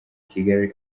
kigali